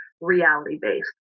reality-based